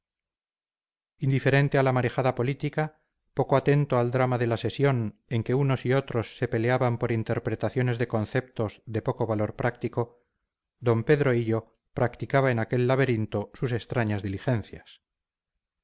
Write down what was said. indiferente a la marejada política poco atento al drama de la sesión en que unos y otros se peleaban por interpretaciones de conceptos de poco valor práctico d pedro hillo practicaba en aquel laberinto sus extrañas diligencias